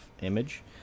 image